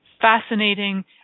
Fascinating